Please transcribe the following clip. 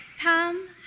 Tom